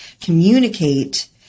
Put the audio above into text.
communicate